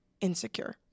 insecure